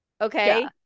okay